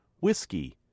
Whiskey